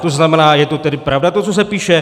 To znamená, je tedy pravda to, co se píše?